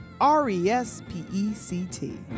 R-E-S-P-E-C-T